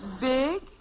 Big